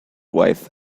wife